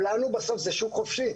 בסוף זה שוק חופשי.